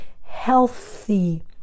Healthy